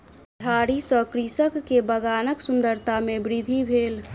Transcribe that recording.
झाड़ी सॅ कृषक के बगानक सुंदरता में वृद्धि भेल